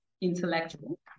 intellectual